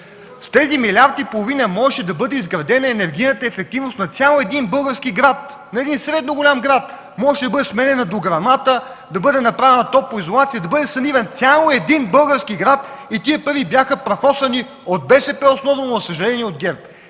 С тези милиард и половина можеше да бъде изградена енергийната ефективност на цял един български град, на един средно голям град. Можеше да бъде сменена дограмата, да бъде направена топлоизолация, да бъде саниран цял един български град и тези пари бяха прахосани от БСП основно, но, за съжаление, и от ГЕРБ.